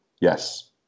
Yes